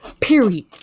period